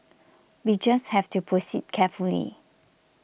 we just have to proceed carefully